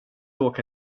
åka